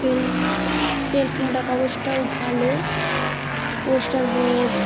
সে সেলফ মোডার কাগজটাও ভালো পোস্টার বোর্ড